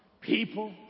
people